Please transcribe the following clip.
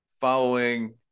following